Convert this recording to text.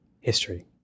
history